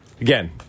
Again